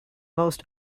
most